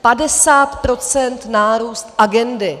50 % nárůst agendy!